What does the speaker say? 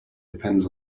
depends